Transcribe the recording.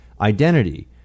identity